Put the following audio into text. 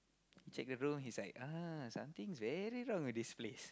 check the room he's like ah something's very wrong with this place